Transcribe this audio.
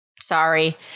sorry